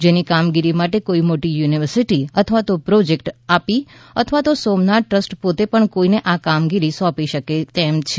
જેની કામગીરી માટે કોઇ મોટી યુનિવર્સિટી અથવા તો પ્રોજેક્ટ આપી અથવા તો સોમનાથ ટ્રસ્ટ પોતે પણ કોઇને આ કામગીરી સોંપી શકે તેમ છે